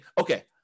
okay